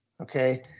Okay